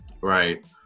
right